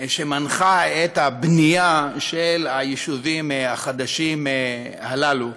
שמנחה את הבנייה של היישובים החדשים הללו.